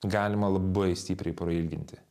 galima labai stipriai prailginti